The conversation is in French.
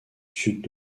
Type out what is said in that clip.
sud